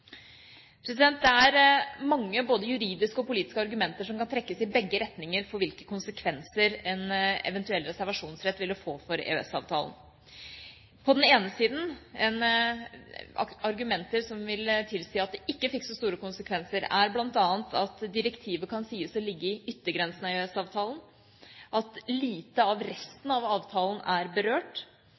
Det er mange både juridiske og politiske argumenter som kan trekkes i begge retninger for hvilke konsekvenser en eventuell reservasjonsrett ville få for EØS-avtalen: på den ene siden argumenter som ville tilsi at det ikke fikk så store konsekvenser, bl.a. at direktivet kan sies å ligge i yttergrensen av EØS-avtalen, at lite av resten av avtalen er berørt,